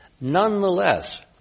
Nonetheless